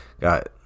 got